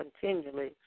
continually